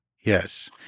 Yes